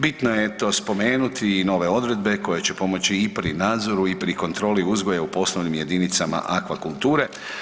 Bitno je to spomenuti i nove odredbe koje će pomoći i pri nadzoru i pri kontroli uzgoja u poslovnim jedinicama aquakulture.